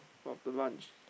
after lunch